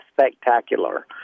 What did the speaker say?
spectacular